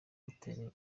batera